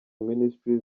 ministries